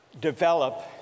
develop